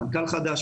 מנכ"ל חדש,